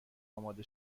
اماده